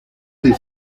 del